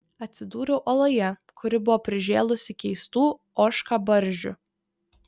atsidūriau oloje kuri buvo prižėlusi keistų ožkabarzdžių